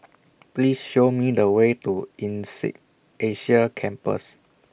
Please Show Me The Way to Insead Asia Campus